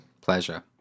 Pleasure